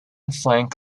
flank